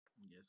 Yes